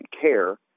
Care